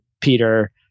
Peter